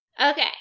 Okay